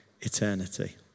eternity